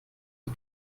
die